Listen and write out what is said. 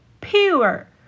Pure